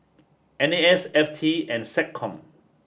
N A S F T and SecCom